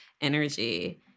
energy